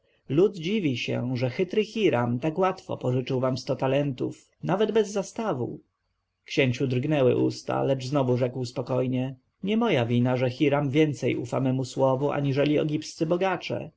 lud dziwi się że chytry hiram tak łatwo pożyczył wam sto talentów nawet bez zastawu księciu drgnęły usta lecz znowu rzekł spokojnie nie moja wina że hiram więcej ufa memu słowu aniżeli egipscy bogacze